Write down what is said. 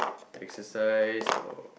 exercise or